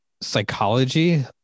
psychology